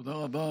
תודה רבה.